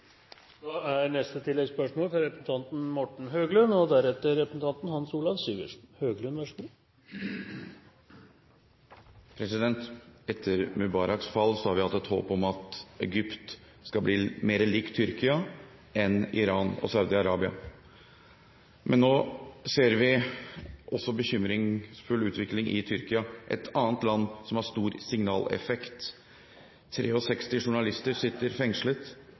Morten Høglund – til oppfølgingsspørsmål. Etter Mubaraks fall har vi hatt et håp om at Egypt skal bli mer likt Tyrkia enn Iran og Saudi-Arabia. Men nå ser vi også en bekymringsfull utvikling i Tyrkia, et annet land – som har stor signaleffekt. 63 journalister sitter fengslet.